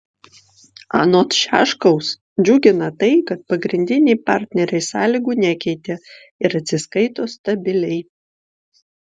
anot šiaškaus džiugina tai kad pagrindiniai partneriai sąlygų nekeitė ir atsiskaito stabiliai